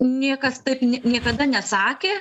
niekas taip niekada nesakė